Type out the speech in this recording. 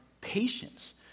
patience